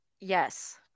Yes